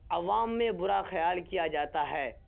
عوام میں برا خیال کیا جاتا ہے